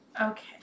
Okay